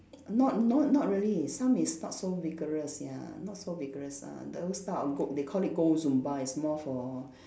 not not not really some is not so vigorous ya not so vigorous ah those type of go~ they called it gold zumba is more for